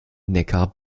neckar